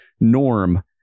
Norm